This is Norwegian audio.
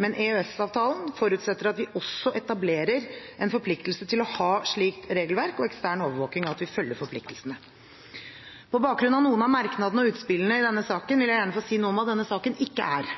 Men EØS-avtalen forutsetter at vi også etablerer en forpliktelse til å ha slikt regelverk, og ekstern overvåking av at vi følger forpliktelsen. På bakgrunn av noen av merknadene og utspillene i denne saken vil jeg gjerne få si noe om hva denne saken ikke er: